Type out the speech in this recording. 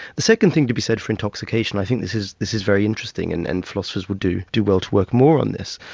the second thing to be said for intoxication, i think this is this is very interesting and and philosophers would do do well to work more on this,